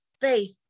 faith